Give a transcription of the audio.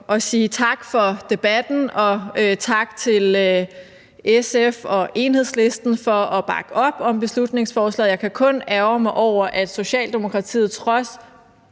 at sige tak for debatten, og tak til SF og Enhedslisten for at bakke op om beslutningsforslaget. Jeg kan kun ærgre mig over, at Socialdemokratiet trods